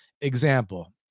example